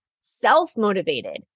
Self-motivated